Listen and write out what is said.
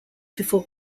before